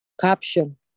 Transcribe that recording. Caption